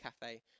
cafe